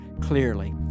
clearly